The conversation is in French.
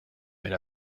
mais